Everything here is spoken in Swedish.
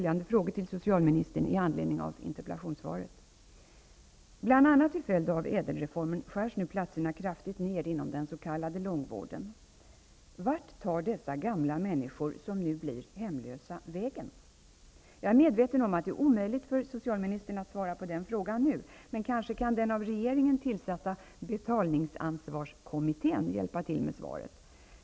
Jag är medveten om att det är omöjligt för socialministern att nu svara på den frågan, men kanske kan den av regeringen tillsatta betalningsansvarskommittén hjälpa till med svaret.